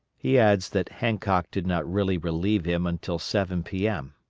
he adds that hancock did not really relieve him until seven p m.